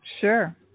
sure